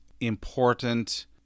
important